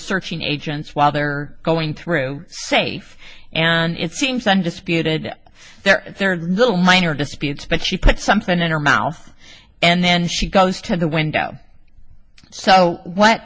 searching agents while they're going through safe and it seems undisputed there third little minor disputes but she put something in her mouth and then she goes to the window so what